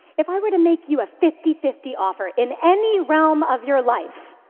if i were to make you a fifty fifty offer in any realm of your life,